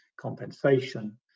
compensation